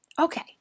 Okay